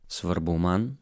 svarbu man